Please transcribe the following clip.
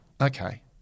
okay